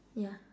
ya